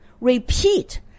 repeat